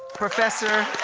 professor